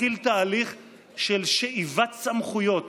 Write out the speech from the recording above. התחיל תהליך של שאיבת סמכויות